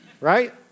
right